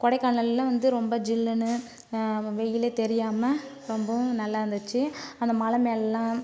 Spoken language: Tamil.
கொடைக்கானலில் வந்து ரொம்ப ஜில்லுனு வெயில் தெரியாமல் ரொம்பவும் நல்லாருந்திச்சு அந்த மலை மேலெல்லாம்